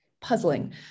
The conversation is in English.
puzzling